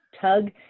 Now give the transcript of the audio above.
tug